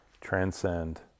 Transcend